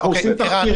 אנחנו עושים תחקירים,